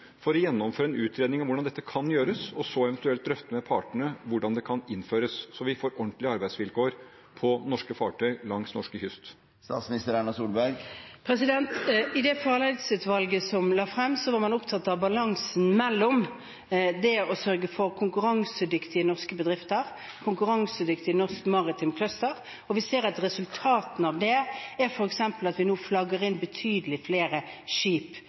for å gjennomføre en utredning om hvordan dette kan gjøres, og så eventuelt drøfte med partene hvordan det kan innføres, så vi får ordentlige arbeidsvilkår på norske fartøy langs den norske kyst? I det Fartsområdeutvalget la frem, var man opptatt av balansen mellom det å sørge for konkurransedyktige norske bedrifter og et konkurransedyktig norsk maritimt cluster, og vi ser at resultatene av det f.eks. er at vi nå flagger inn betydelig flere skip